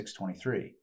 6.23